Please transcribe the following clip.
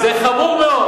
זה חמור מאוד.